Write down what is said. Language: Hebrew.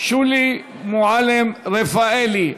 שולי מועלם-רפאלי.